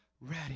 ready